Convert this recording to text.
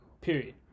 Period